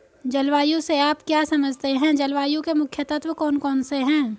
जलवायु से आप क्या समझते हैं जलवायु के मुख्य तत्व कौन कौन से हैं?